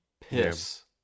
piss